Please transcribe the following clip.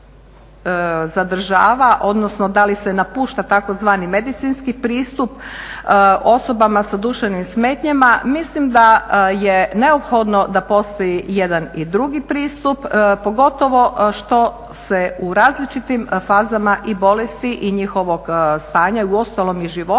odnosno da li se napušta tzv. medicinski pristup osobama sa duševnim smetnjama. Mislim da je neophodno da postoji jedan i drugi pristup, pogotovo što se u različitim fazama i bolesti i njihovog stanja uostalom i života